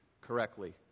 correctly